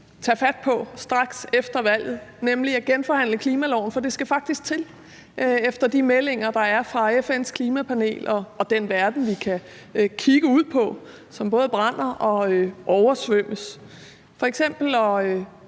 tage fat på straks efter valget, f.eks. at genforhandle klimaloven. For det skal der faktisk til efter de meldinger, der er fra FN's klimapanel og den verden, vi kan kigge ud på, som både brænder og oversvømmes. Det kunne